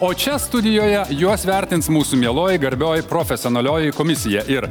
o čia studijoje juos vertins mūsų mieloji garbioji profesionalioji komisija ir